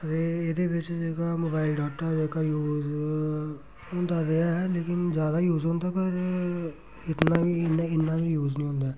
ते एह्दे बिच्च जेह्का मोबाइल डाटा जेह्का यूज़ हुंदा ते ऐ लेकिन ज्यादा यूज़ होंदा पर इतना कि इन्ना इन्ना बी यूज़ नी होंदा ऐ